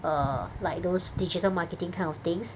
err like those digital marketing kind of things